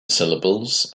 syllables